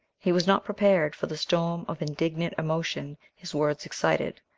he was not prepared for the storm of indignant emotion his words excited.